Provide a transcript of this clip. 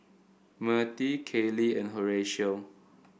Mirtie Kailey and Horatio